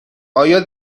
آیا